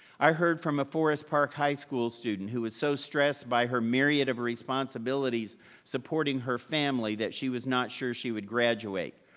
i heard from a forest park high school student who was so stressed by her myriad of responsibilities supporting her family that she was not sure she would graduate.